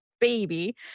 baby